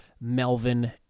Melvin